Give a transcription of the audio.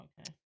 okay